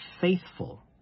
faithful